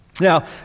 Now